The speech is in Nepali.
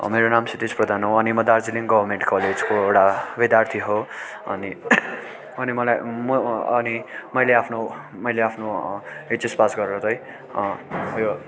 मेरो नाम क्षितिज प्रधान हो अनि म दार्जिलिङ गभर्मेन्ट कलेजको एउटा विद्यार्थी हो अनि अनि मलाई म अनि मैले आफ्नो मैले आफ्नो एचएस पास गरेर चाहिँ उयो